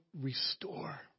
restore